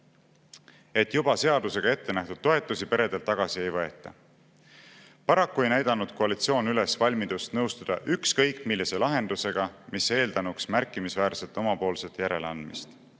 et juba seadusega ettenähtud toetusi peredelt tagasi ei võeta. Paraku ei näidanud koalitsioon üles valmidust nõustuda ükskõik millise lahendusega, mis eeldanuks märkimisväärset omapoolset järeleandmist.